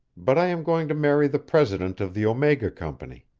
but i am going to marry the president of the omega company.